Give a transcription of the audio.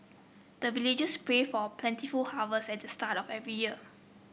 the villagers pray for plentiful harvest at the start of every year